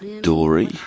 Dory